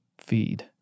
feed